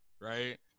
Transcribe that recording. right